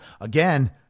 Again